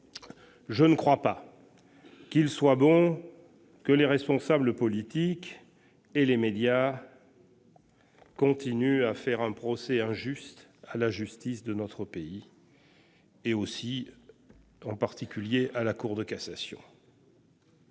Je ne crois pas qu'il soit bon que les responsables politiques et les médias continuent d'intenter un procès injuste à la justice de notre pays, en particulier à la Cour de cassation.